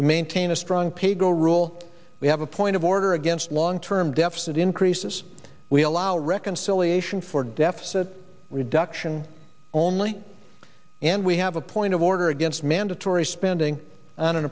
we maintain a strong pay go rule we have a point of order against long term deficit increases we allow reconciliation for deficit reduction only and we have a point of order against mandatory spending on an